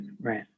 right